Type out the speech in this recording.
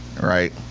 right